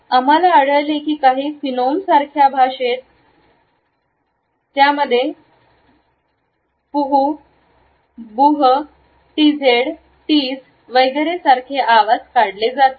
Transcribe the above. आम्हाला आढळले की काही फिनोम सारख्या भाषेत आहेत त्यामध्ये पूह बूह टीझेड टीझ वगैरे सारखे आवाज काढले जातात